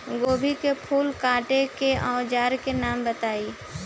गोभी के फूल काटे के औज़ार के नाम बताई?